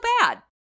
bad